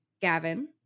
Gavin